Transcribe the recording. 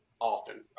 often